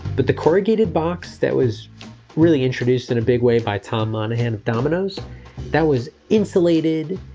but the corrugated box that was really introduced in a big way by tom monahan of domino's that was insulated.